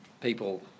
people